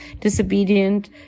disobedient